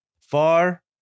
far